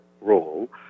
role